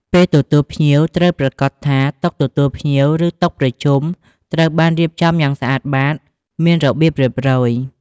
ពេលទទួលភ្ញៀវ ត្រូវប្រាកដថា តុទទួលភ្ញៀវ ឬតុប្រជុំត្រូវបានរៀបចំយ៉ាងស្អាតបាត មានរបៀបរៀបរយ។